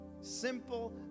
Simple